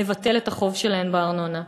לבטל את החוב שלהן בארנונה.